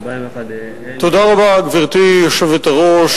גברתי היושבת-ראש,